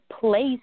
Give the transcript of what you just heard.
place